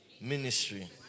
ministry